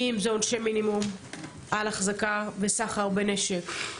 אם זה עונשי מינימום על החזקה וסחר בנשק,